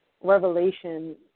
revelation